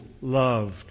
loved